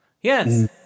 Yes